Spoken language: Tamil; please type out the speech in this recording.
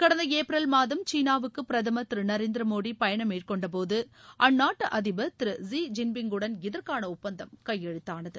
கடந்த ஏப்ரல் மாதம் கீனாவுக்கு பிரதமர் திரு நரேந்திரமோடி பயணம் மேற்கொண்ட போது அந்நாட்டு அதிபர் திரு ஸீ ஜின்பிங்குடன் இதற்கான ஒப்பந்தம் கையெழுத்தானது